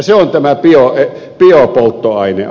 se on tämä biopolttoaineasia